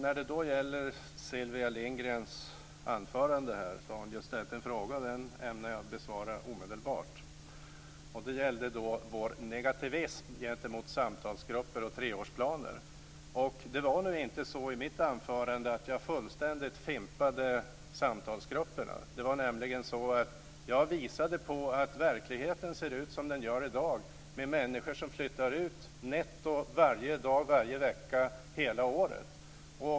Fru talman! Sylvia Lindgren ställde en fråga i sitt anförande. Den ämnar jag besvara omedelbart. Den gällde vår negativism gentemot samtalsgrupper och treårsplaner. I mitt anförande fimpade jag inte samtalsgrupperna fullständigt. Jag visade på hur verkligheten ser ut i dag med människor som flyttar ut netto varje dag, varje vecka, hela året.